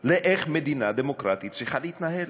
לאופן שבו מדינה דמוקרטית צריכה להתנהל,